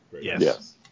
Yes